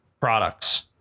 products